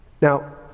Now